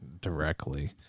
directly